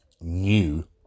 new